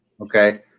okay